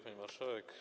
Pani Marszałek!